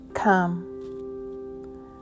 Come